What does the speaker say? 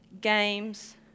games